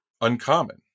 uncommon